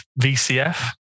VCF